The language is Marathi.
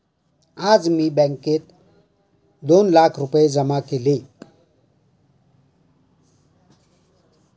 मी आज बँकेत दोन लाख रुपये जमा केले